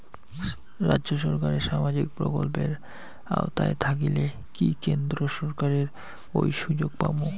রাজ্য সরকারের সামাজিক প্রকল্পের আওতায় থাকিলে কি কেন্দ্র সরকারের ওই সুযোগ পামু?